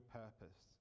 purpose